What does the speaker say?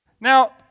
Now